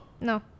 No